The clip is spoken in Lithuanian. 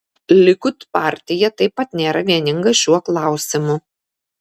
likud partija taip pat nėra vieninga šiuo klausimu